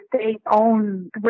state-owned